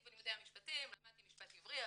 אני בלימודי משפטים למדתי משפט עברי,